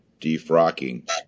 defrocking